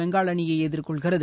பெங்கால் அணியை எதிர்கொள்கிறது